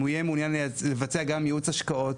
אם הוא יהיה מעוניין לבצע גם ייעוץ השקעות,